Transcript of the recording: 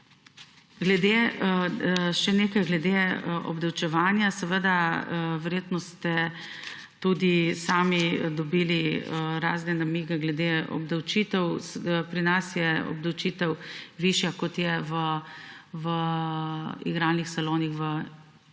glede obdavčevanja. Seveda, verjetno ste tudi sami dobili razne namige glede obdavčitev. Pri nas je obdavčitev višja, kot je v igralnih salonih v Italiji,